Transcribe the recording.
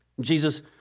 Jesus